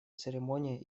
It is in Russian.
церемонии